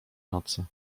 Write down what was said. nocy